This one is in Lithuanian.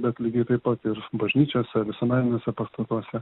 bet lygiai taip pat ir bažnyčiose visuomeniniuose pastatuose